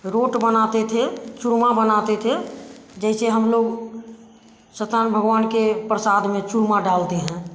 road बनाते थे चूरमा बनाते थे जैसे हम लोग सतान भगवान के प्रसाद में चूरमा डालते हैं